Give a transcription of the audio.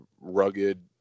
rugged